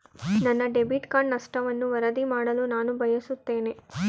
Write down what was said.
ನನ್ನ debit card ನಷ್ಟವನ್ನು ವರದಿ ಮಾಡಲು ನಾನು ಬಯಸುತ್ತೇನೆ